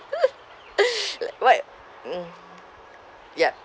like what mm yup